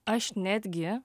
aš netgi